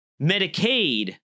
Medicaid